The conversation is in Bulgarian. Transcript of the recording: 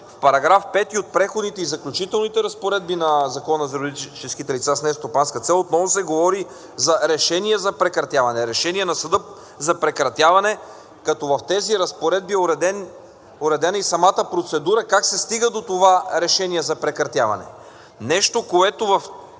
в § 5 от Преходните и заключителните разпоредби на Закона за юридическите лица с нестопанска цел отново се говори за решение за прекратяване, решение на съда за прекратяване, като в тези разпоредби е уредена и самата процедура как се стига до това решение за прекратяване.